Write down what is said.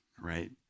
right